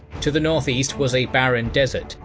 to the north east was a barren desert,